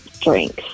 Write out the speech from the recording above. drinks